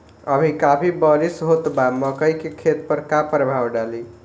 अभी काफी बरिस होत बा मकई के खेत पर का प्रभाव डालि?